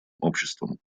обществом